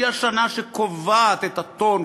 שהיא השנה שקובעת את הטון,